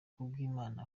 kubwimana